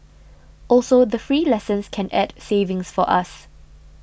also the free lessons can add savings for us